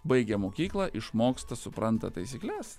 baigę mokyklą išmoksta supranta taisykles